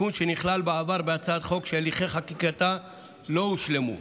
תיקון שנכלל בעבר בהצעת חוק שהליכי חקיקתה לא הושלמו.